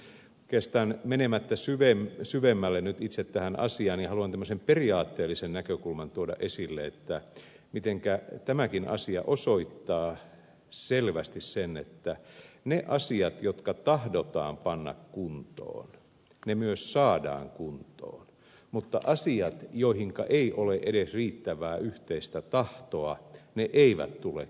oikeastaan menemättä syvemmälle nyt itse tähän asiaan niin haluan tämmöisen periaatteellisen näkökulman tuoda esille mitenkä tämäkin asia osoittaa selvästi sen että ne asiat jotka tahdotaan panna kuntoon ne myös saadaan kuntoon mutta asiat joihinka ei ole edes riittävää yhteistä tahtoa ne eivät tule kuntoon